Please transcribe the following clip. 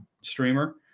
streamer